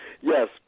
Yes